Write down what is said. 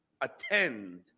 attend